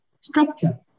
structure